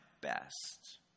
best